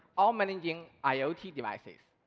or managing iot devices.